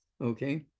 okay